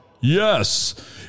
Yes